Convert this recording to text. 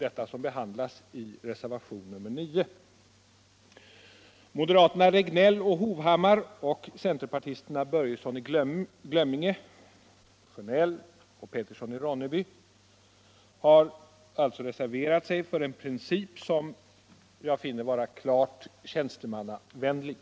Detta behandlas i reservation 9, där moderaterna Regnéll och Hovhammar samt centerpartisterna Börjesson i Glömminge, Sjönell och Petersson i Ronneby har reserverat sig för en princip som jag finner vara klart tjänstemannavänlig.